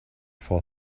for